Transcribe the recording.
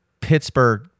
Pittsburgh